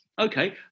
Okay